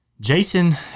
Jason